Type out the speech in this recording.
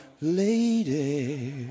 Lady